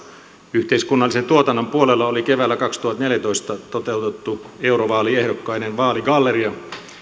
yhteiskunnallisen tuotannon puolella oli keväällä kaksituhattaneljätoista toteutettu eurovaaliehdokkaiden vaaligalleria